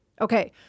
Okay